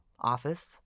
office